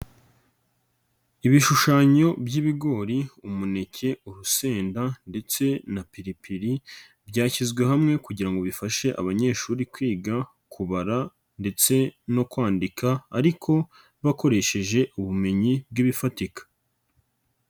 Ibishushanyo by'ibigori umuneke urusenda ndetse na piripiri byashyizwe hamwe kugira ngo bifashe abanyeshuri kwiga kubara ndetse no kwandika ariko bakoresheje ubumenyi bw'ibifatika.